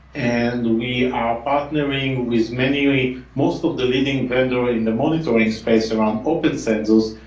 and we are partnering with many most of the leading vendor in the monitoring space around open census,